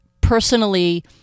personally